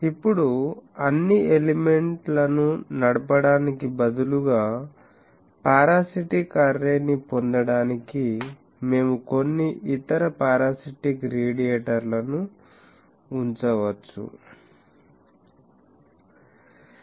ఇప్పుడుఅన్ని element లను నడపడానికి బదులుగా పారాసిటిక్ అర్రే ని పొందడానికి మేము కొన్ని ఇతర పారాసిటిక్ రేడియేటర్లను ఉంచవచ్చు